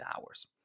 hours